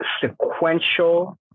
sequential